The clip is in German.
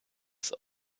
ist